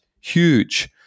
huge